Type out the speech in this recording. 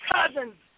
Cousins